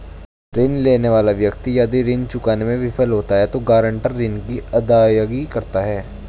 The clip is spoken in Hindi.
ऋण लेने वाला व्यक्ति यदि ऋण चुकाने में विफल होता है तो गारंटर ऋण की अदायगी करता है